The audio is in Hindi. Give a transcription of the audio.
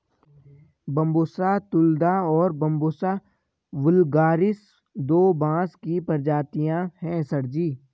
बंबूसा तुलदा और बंबूसा वुल्गारिस दो बांस की प्रजातियां हैं सर जी